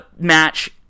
match